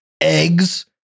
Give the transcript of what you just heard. Eggs